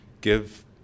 give